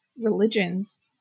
religions